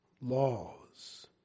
laws